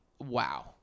wow